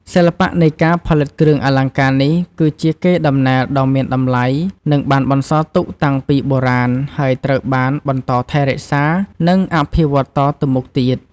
សិល្បៈនៃការផលិតគ្រឿងអលង្ការនេះ គឺជា កេរដំណែលដ៏មានតម្លៃ ដែលបានបន្សល់ទុកតាំងពីបុរាណ ហើយត្រូវបានបន្តថែរក្សា និងអភិវឌ្ឍតទៅមុខទៀត។